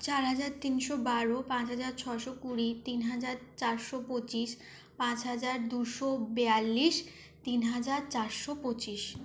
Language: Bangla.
চার হাজার তিনশো বারো পাঁচ হাজার ছশো কুড়ি তিন হাজার চারশো পঁচিশ পাঁচ হাজার দুশো বিয়াল্লিশ তিন হাজার চারশো পঁচিশ